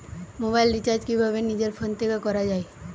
Mobile recharge কিভাবে নিজের phone থেকে করা য়ায়?